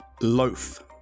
Loaf